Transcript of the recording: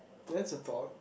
that's a thought